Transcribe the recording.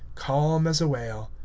calm as a whale.